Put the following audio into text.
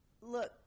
look